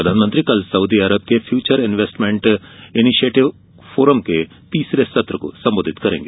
प्रधानमंत्री कल सऊदी अरब के फ्यूचर इन्वेस्टमेंट इनिशिएटिव फोरम के तीसरे सत्र को सम्बोधित करेंगे